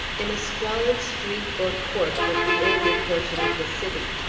in a squalid street or court of the older portion of the city.